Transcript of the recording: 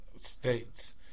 states